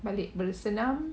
balik bersenam